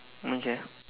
okay